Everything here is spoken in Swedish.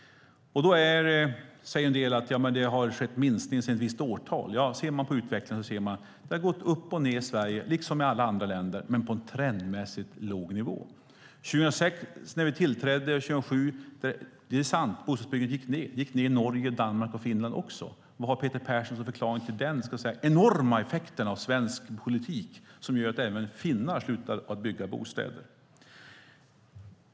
Då säger en del: Ja, men det har skett en minskning sedan ett visst årtal. Ja, ser man på utvecklingen ser man att det har gått upp och ned i Sverige liksom i alla andra länder men på en trendmässigt låg nivå. År 2006, när vi tillträdde, och 2007 - det är sant - gick bostadsbyggandet ned i Norge, Danmark och Finland också. Vad har Peter Persson som förklaring till den enorma effekten av svensk politik, som gör att även finnar slutar att bygga bostäder?